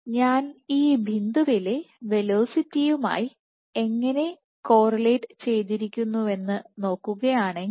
ഞാൻ ഈ ബിന്ദുവിലെ വെലോസിറ്റിയുമായി ഇത് എങ്ങനെ കോറിലേറ്റ് ചെയ്തിരിക്കുന്നുവെന്ന് നോക്കുകയാണെങ്കിൽ